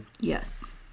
Yes